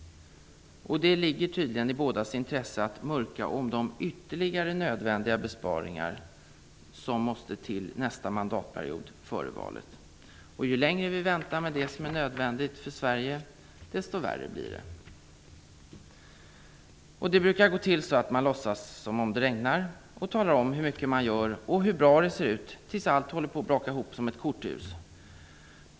Det ligger tydligen i bådas intresse att före valet mörklägga om de ytterligare nödvändiga besparingar som måste till nästa mandatperiod. Ju längre vi väntar med det som är nödvändigt för Sverige, desto värre blir det. Det brukar gå till så att man låtsas som om det regnar och talar om hur mycket man gör och hur bra det ser ut tills allt håller på att braka ihop som ett korthus.